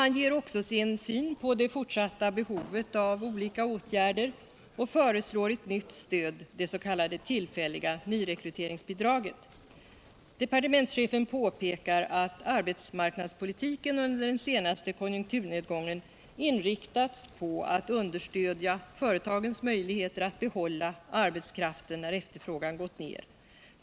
Han ger också sin syn på det fortsatta behovet av olika åtgärder och föreslår ett nytt stöd, det s.k. tillfälliga nyrekryteringsbidraget. Departementschefen påpekar att arbetsmarknadspolitiken under den senaste konjunkturnedgången inriktats på att understödja företagens möjligheter att behålla arbetskraften när efterfrågan gått ner.